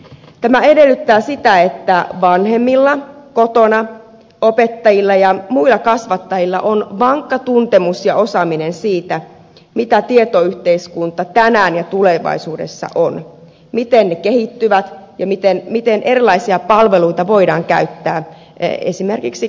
tämä edellyttää sitä että vanhemmilla kotona opettajilla ja muilla kasvattajilla on vankka tuntemus ja osaaminen siitä mitä tietoyhteiskunta tänään ja tulevaisuudessa on miten se kehittyy ja miten erilaisia palveluita voidaan käyttää esimerkiksi kasvatuksessa ja koulutuksessa